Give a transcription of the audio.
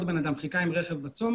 עוד בן אדם חיכה עם רכב בצומת.